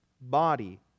body